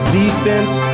defense